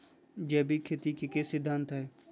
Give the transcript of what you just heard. जैविक खेती के की सिद्धांत हैय?